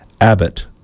Abbott